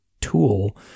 tool